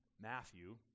Matthew